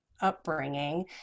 upbringing